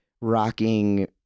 Rocking